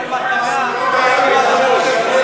היסטוריה בגרוש.